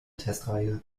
testreihe